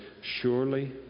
surely